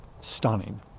stunning